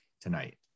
tonight